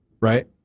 right